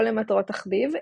לא למטרות תחביב,